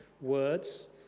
words